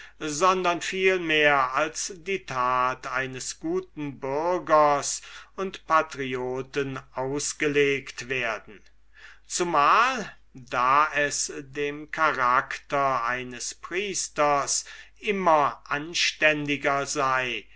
sondern vielmehr als die tat eines guten bürgers und patrioten ausgelegt werden zumal da es dem charakter eines priesters immer anständiger sei